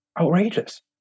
outrageous